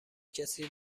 کسی